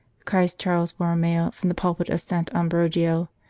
cries charles borromeo from the pulpit of sant ambrogio,